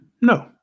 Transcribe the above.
No